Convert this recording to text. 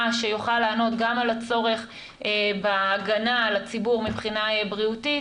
שיוכל לענות גם על הצורך וההגנה על הציבור מבחינה בריאותית